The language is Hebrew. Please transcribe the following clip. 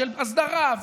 של הסדרה,